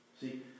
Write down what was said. See